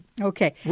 Okay